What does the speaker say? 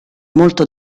molto